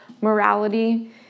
morality